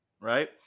right